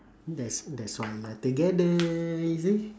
that that's why we are together you see